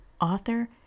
author